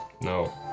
No